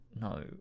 No